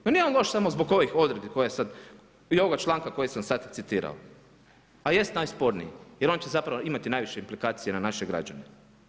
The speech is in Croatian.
Pa nije on loš samo zbog ovih odredbi koje sad i ovoga članka koji sam sad citirao, a jest najsporniji jer on će zapravo imati najviše implikacije na naše građane.